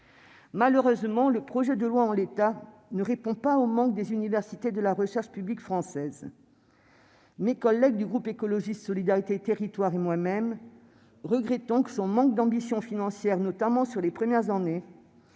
Malheureusement, le projet de loi, en l'état, ne répond pas aux manques des universités et de la recherche publique française. Mes collègues du groupe Écologiste - Solidarité et Territoires et moi-même regrettons son manque d'ambition financière, notamment sur les premières années.